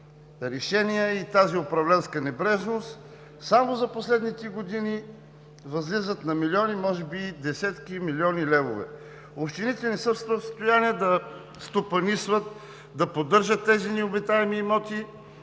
решения и тази управленска небрежност само за последните години възлиза на милиони, може би десетки милиони левове. Общините не са в състояние да стопанисват, да поддържат тези необитаеми имоти,